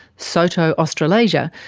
soto australasia,